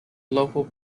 local